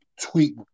tweet